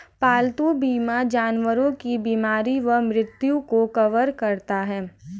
पालतू बीमा जानवर की बीमारी व मृत्यु को कवर करता है